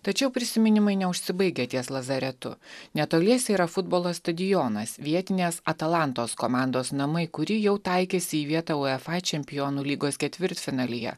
tačiau prisiminimai neužsibaigia ties lazaretu netoliese yra futbolo stadionas vietinės atlantos komandos namai kuri jau taikėsi į vietą uefa čempionų lygos ketvirtfinalyje